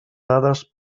dades